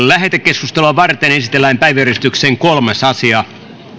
lähetekeskustelua varten esitellään päiväjärjestyksen kolmas asia